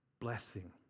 blessing